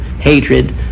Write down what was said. hatred